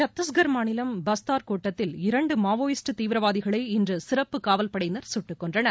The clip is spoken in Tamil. சத்தீஸ்கர் மாநிலம் பாஸ்தார் கோட்டத்தில் இரன்டு மாவோயிஸ்ட்டு தீவிரவாதிகளை இன்று சிறப்பு காவல்படையினர் சுட்டுக்கொன்றனர்